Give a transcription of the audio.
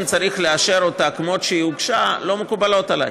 צריך לאשר אותה כמו שהיא הוגשה לא מקובלות עליי.